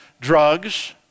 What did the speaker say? drugs